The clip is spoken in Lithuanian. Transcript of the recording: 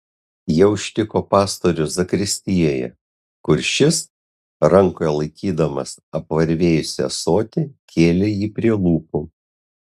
jie užtiko pastorių zakristijoje kur šis rankoje laikydamas apvarvėjusį ąsotį kėlė jį prie lūpų